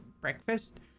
breakfast